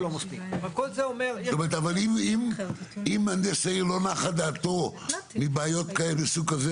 לא מספיק זאת אומרת אם מהנדס העיר לא נחה דעתו מבעיות כאלה מסוג כזה?